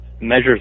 measures